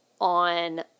on